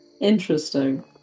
Interesting